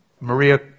Maria